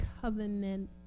covenant